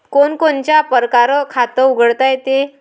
कोनच्या कोनच्या परकारं खात उघडता येते?